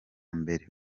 mbere